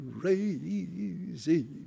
crazy